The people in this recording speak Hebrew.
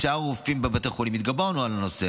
עם שאר הרופאים בבתי החולים התגברנו על הנושא,